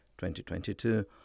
2022